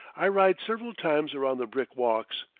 i ride several times around the brick-walks,